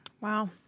Wow